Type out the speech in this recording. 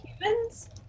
humans